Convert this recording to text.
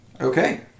Okay